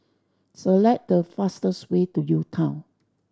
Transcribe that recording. select the fastest way to UTown